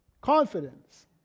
Confidence